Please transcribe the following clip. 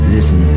Listen